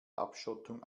abschottung